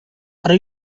are